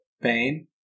Bane